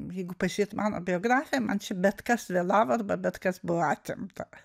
jeigu pažiūrėt mano biografiją man čia bet kas vėlavo arba bet kas buvo atimto